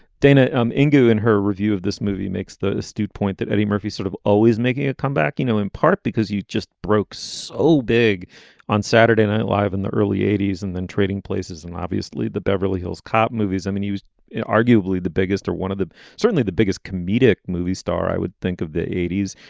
dana um ingo and her review of this movie makes the the stewart point that eddie murphy sort of always making a comeback you know in part because you just. brooks oh big on saturday night live in the early eighty s and then trading places and obviously the beverly hills cop movies i mean he was arguably the biggest or one of the certainly the biggest comedic movie star. i would think of the eighty s.